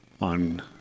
on